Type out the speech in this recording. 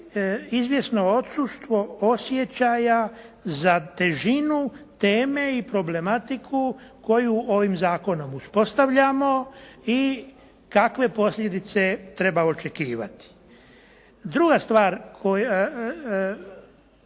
izvjesno odsustvo osjećaja za težinu teme i problematiku koju ovim zakonom uspostavljamo i kakve posljedice treba očekivati. Druga stvar koju